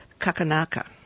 Kakanaka